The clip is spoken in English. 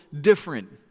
different